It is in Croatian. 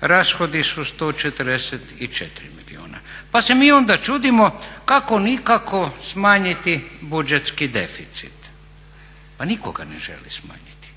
Rashodi su 144 milijuna, pa se mi onda čudimo kako nikako smanjiti budžetski deficit. Pa nitko ga ne želi smanjiti.